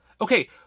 Okay